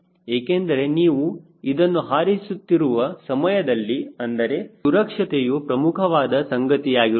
ಏಕೆಂದರೆ ನೀವು ಇದನ್ನು ಹಾರಿಸುತ್ತಿರುವ ಸಮಯದಲ್ಲಿ ಅದರ ಸುರಕ್ಷತೆಯು ಪ್ರಮುಖವಾದ ಸಂಗತಿಯಾಗಿರುತ್ತದೆ